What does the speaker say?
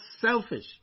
selfish